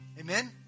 Amen